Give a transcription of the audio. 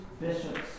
bishops